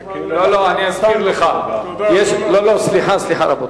לא, לא, אני אסביר לך, סליחה, רבותי.